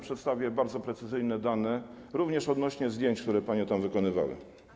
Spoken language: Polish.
Przedstawię bardzo precyzyjne dane, również odnośnie do zdjęć, które panie tam wykonywały.